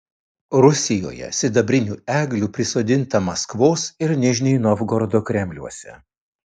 rusijoje sidabrinių eglių prisodinta maskvos ir nižnij novgorodo kremliuose